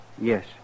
Yes